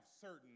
certain